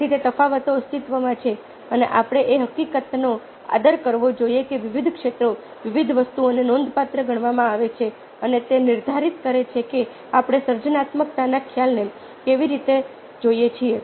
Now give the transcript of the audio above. તેથી તે તફાવતો અસ્તિત્વમાં છે અને આપણે એ હકીકતનો આદર કરવો જોઈએ કે વિવિધ ક્ષેત્રો વિવિધ વસ્તુઓને નોંધપાત્ર ગણવામાં આવે છે અને તે નિર્ધારિત કરે છે કે આપણે સર્જનાત્મકતાના ખ્યાલને કેવી રીતે જોઈએ છીએ